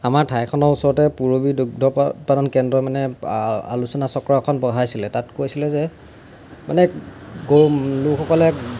আমাৰ ঠাইখনৰ ওচৰতে পূৰৱী দুগ্ধ উৎপাদন কেন্দ্ৰ মানে আলোচনা চক্ৰ এখন বহাইছিলে তাত কৈছিলে যে মানে গৰুসকলে